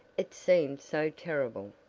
it seemed so terrible!